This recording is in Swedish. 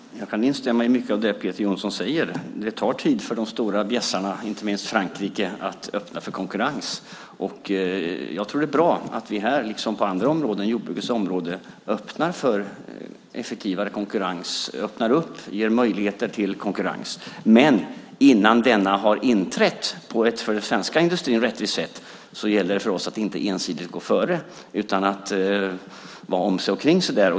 Fru talman! Jag kan instämma i mycket av det Peter Jonsson säger. Det tar tid för de stora bjässarna, inte minst Frankrike, att öppna för konkurrens. Jag tror att det är bra att vi här liksom på andra områden, som jordbruket, öppnar för effektivare konkurrens, ger möjligheter till konkurrens. Men innan denna har inträtt på ett för den svenska industrin rättvist sätt gäller det för oss att inte ensidigt gå före. Här gäller det att vara om sig och kring sig.